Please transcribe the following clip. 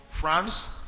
France